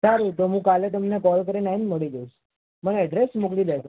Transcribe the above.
સારું તો મું કાલે તમને કોલ કરીને આવીને મળી જઈશ મને એડ્રેસ મોકલી દેજો